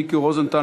מיקי רוזנטל,